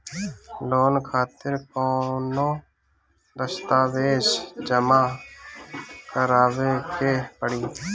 Loan खातिर कौनो दस्तावेज जमा करावे के पड़ी?